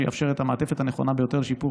שיאפשר את המעטפת הנכונה ביותר לשיפור